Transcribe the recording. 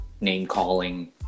name-calling